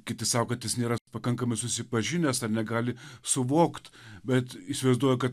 kiti sako kad jis nėra pakankamai susipažinęs ar negali suvokti bet įsivaizduoja kad